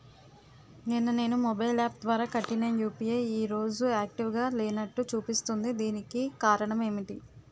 నిన్న నేను mobile app ద్వారా కట్టిన యు.పి.ఐ ఈ రోజు యాక్టివ్ గా లేనట్టు చూపిస్తుంది దీనికి కారణం ఏమిటి?